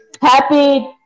happy